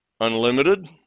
unlimited